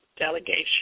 delegation